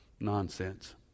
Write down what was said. nonsense